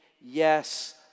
yes